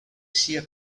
sia